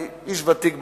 איש ותיק במערכת,